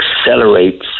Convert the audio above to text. accelerates